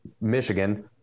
Michigan